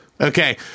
Okay